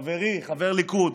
חברי, חבר ליכוד,